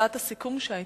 הצעת הסיכום היתה